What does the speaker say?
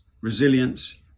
resilience